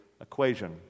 equation